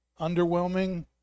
underwhelming